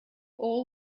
all